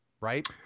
right